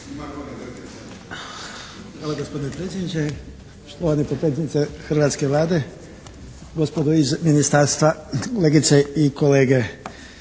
Hvala gospodine predsjedniče, gospodine ministre hrvatske Vlade, gospodo iz ministarstva, kolegice i kolege.